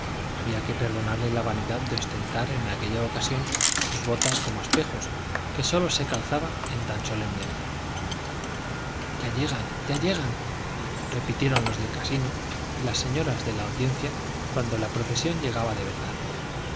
había que perdonarle la vanidad de ostentar en aquella ocasión sus botas como espejos que sólo se calzaba en tan solemne día ya llegan ya llegan repitieron los del casino y las señoras de la audiencia cuando la procesión llegaba de verdad